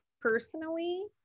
personally